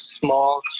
small